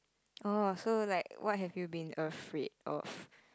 oh so like what have you been afraid of